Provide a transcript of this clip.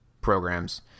programs